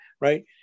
right